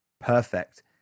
perfect